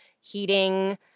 heating